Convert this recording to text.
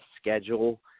schedule